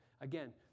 Again